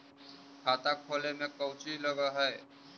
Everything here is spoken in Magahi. खाता खोले में कौचि लग है?